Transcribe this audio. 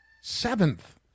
seventh